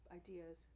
ideas